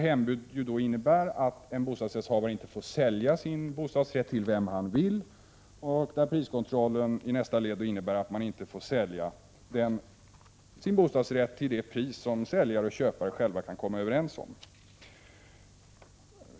Hembud innebär att en bostadsrättshavare inte får sälja sin bostadsrätt till vem han vill. Priskontrollen innebär att man i nästa led inte får sälja sin bostadsrätt till det pris som säljare och köpare själva kan komma överens om.